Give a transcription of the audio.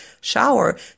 shower